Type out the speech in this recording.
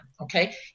okay